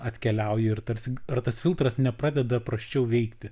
atkeliauji ir tarsi ar tas filtras nepradeda prasčiau veikti